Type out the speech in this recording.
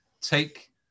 take